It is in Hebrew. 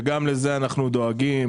וגם לזה אנחנו דואגים.